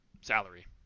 salary